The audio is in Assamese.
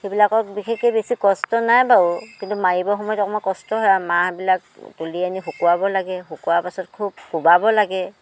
সেইবিলাকত বিশেষকৈ বেছি কষ্ট নাই বাৰু কিন্তু মাৰিব সময়ত অকণমান কষ্ট হয় আৰু মাহবিলাক তুলি আনি শুকুৱাব লাগে শুকুৱাৰ পাছত খুব কোবাব লাগে